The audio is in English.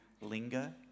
linger